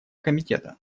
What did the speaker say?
комитета